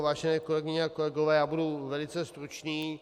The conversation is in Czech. Vážené kolegyně a kolegové, já budu velice stručný.